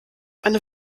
eine